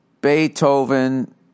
Beethoven